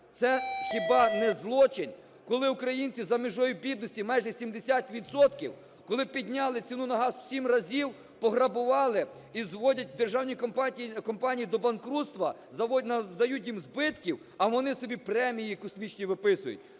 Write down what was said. Це хіба не злочин? Коли українці за межею бідності майже 70 відсотків, коли підняли ціну на газ у сім разів, пограбували і зводять державні компанії до банкрутства, надають їм збитків, а вони собі премії космічні виписують,